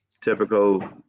typical